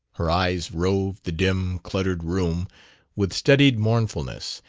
her eyes roved the dim, cluttered room with studied mournfulness,